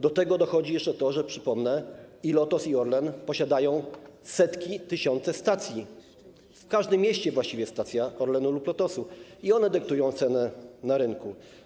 Do tego dochodzi jeszcze to, przypomnę, że i Lotos, i Orlen posiadają setki, tysiące stacji, w każdym mieście właściwie jest stacja Orlenu lub Lotosu, i one dyktują ceny na rynku.